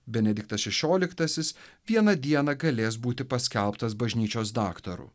benediktas šešioliktasis vieną dieną galės būti paskelbtas bažnyčios daktaru